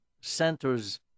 centers